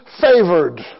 favored